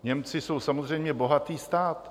Němci jsou samozřejmě bohatý stát.